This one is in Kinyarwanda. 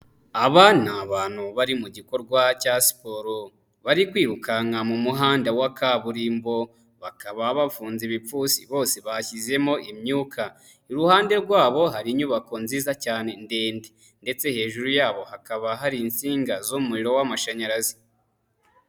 Aba ni abantu bari mu gikorwa cya siporo, bari kwirukanka mu muhanda wa kaburimbo, bakaba bafunze ibipfunsi bose bashyizemo imyuka, iruhande rwabo hari inyubako nziza cyane ndende ndetse hejuru yabo hakaba hari insinga z'umuriro w'amashanyarazi.